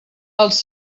els